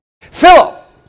Philip